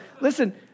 listen